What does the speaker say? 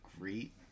great